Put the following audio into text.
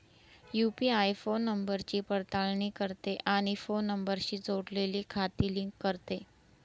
UPI phone नंबरची पडताळणी करते आणि फोन नंबरशी जोडलेली खाती लिंक करते